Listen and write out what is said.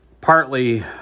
partly